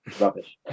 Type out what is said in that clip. rubbish